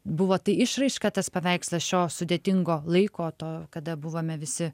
buvo tai išraiška tas paveikslas šio sudėtingo laiko to kada buvome visi